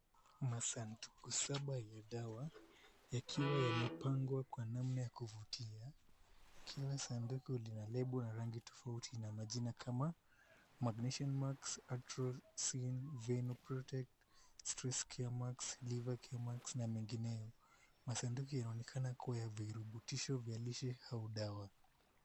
Masanduku saba ya dawa yakiwa yamepangwa kwa namna ya kuvutia. Kila sanduku lina lebo na rangi tofauti na majina kama Magnesium Max, Adrosin, Veno Protect, Stress Care Max, Liver Care Max na mengineo. Masanduku yanaonekana kuwa ya virutubisho vya lishe au dawa.